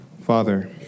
Father